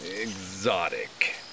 ...exotic